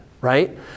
right